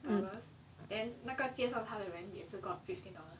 dollars then 那个介绍他的也是 got fifteen dollars